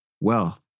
wealth